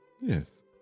yes